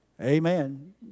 Amen